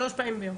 שלוש פעמים ביום.